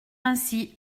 ainsi